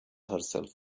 herself